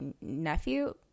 nephew